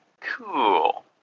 cool